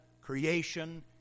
creation